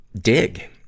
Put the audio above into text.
dig